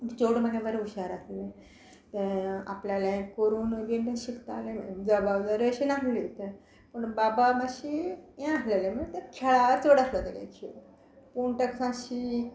चेडू म्हागे बरें हुशार आसलें तें आपल्यालें करून बीन तें शिकताले बाये जबाबदारी अशें नासली ते पूण बाबा मात्शी हें आसलेले म्हण ते खेळा चड आसलें तेगे खेळ पूण ताका सा शीक